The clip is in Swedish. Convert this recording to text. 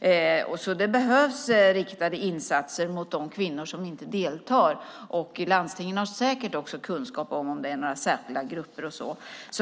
Det behövs därför riktade insatser mot de kvinnor som inte deltar. Landstingen har säkert också kunskap om huruvida det är några särskilda grupper.